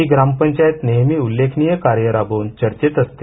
ही ग्रामपंचायत नेहमी उल्लेखनीय कार्य राबवून चर्चेत असते